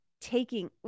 taking